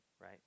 right